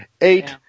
Eight